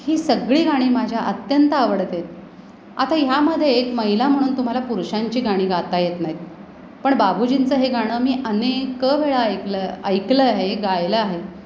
ही सगळी गाणी माझ्या अत्यंत आवडती आहेत आता ह्यामध्ये एक महिला म्हणून तुम्हाला पुरुषांची गाणी गाता येत नाहीत पण बाबूजींचं हे गाणं मी अनेक वेळा ऐकलं ऐकलं आहे गायलं आहे